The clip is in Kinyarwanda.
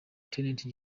rtd